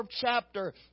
chapter